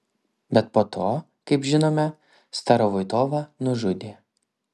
bet po to kaip žinome starovoitovą nužudė